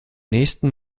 nächsten